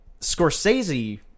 Scorsese